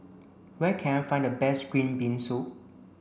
where can I find the best green bean soup